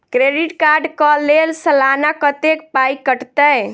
Credit card कऽ लेल सलाना कत्तेक पाई कटतै?